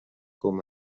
com